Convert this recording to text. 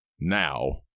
Now